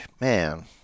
man